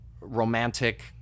romantic